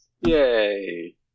Yay